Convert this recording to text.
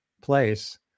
place